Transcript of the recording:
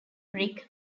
brick